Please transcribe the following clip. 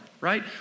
right